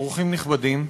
אורחים נכבדים,